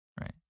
Right